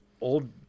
old